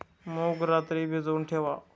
मूग रात्री भिजवून ठेवा